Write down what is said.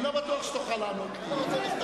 אני לא בטוח שתוכל לענות לי.